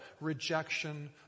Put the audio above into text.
rejection